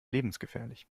lebensgefährlich